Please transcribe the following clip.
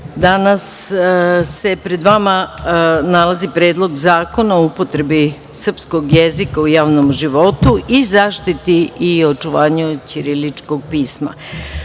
danas se pred vama nalazi Predlog zakona o upotrebi srpskog jezika u javnom životu i zaštiti i očuvanju ćiriličnog